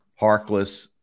Harkless